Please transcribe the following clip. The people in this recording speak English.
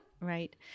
right